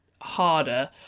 harder